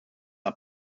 are